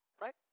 right